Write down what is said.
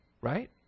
Right